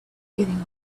giving